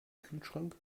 kühlschrank